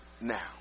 now